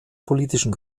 politischen